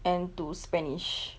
and to spanish